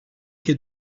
quai